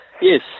Yes